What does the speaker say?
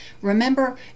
Remember